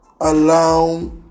allow